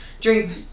drink